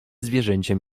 zwierzęciem